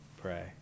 pray